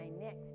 next